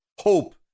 hope